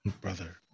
brother